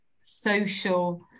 social